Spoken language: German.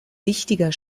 wichtiger